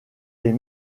des